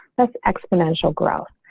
that's exponential growth.